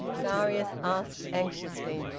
darius asked anxiously.